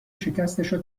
شکستشو